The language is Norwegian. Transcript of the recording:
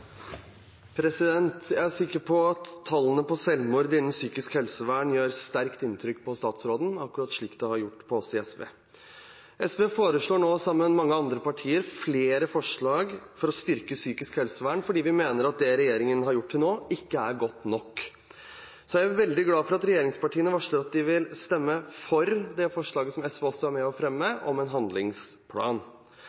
sikker på at tallene for selvmord innen psykisk helsevern gjør sterkt inntrykk på statsråden, akkurat slik de har gjort på oss i SV. SV foreslår nå sammen med mange andre partier flere forslag for å styrke psykisk helsevern, for vi mener at det regjeringen har gjort til nå, ikke er godt nok. Jeg er veldig glad for at regjeringspartiene varsler at de vil stemme for forslaget som SV også er med på å fremme,